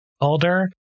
older